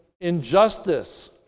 Injustice